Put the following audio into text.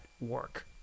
work